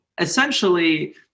essentially